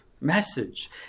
message